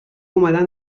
اومدن